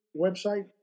Website